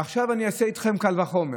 עכשיו אני אעשה איתכם קל וחומר: